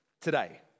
today